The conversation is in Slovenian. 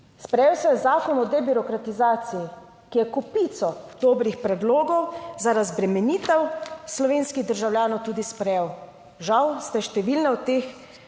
Sprejel se je Zakon o debirokratizaciji, ki je kopico dobrih predlogov za razbremenitev slovenskih državljanov tudi sprejel. Žal ste številne od teh